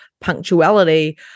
punctuality